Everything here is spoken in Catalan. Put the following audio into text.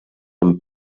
amb